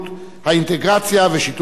אינטגרציה ושיתוף פעולה.